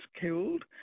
killed